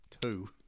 Two